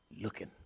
looking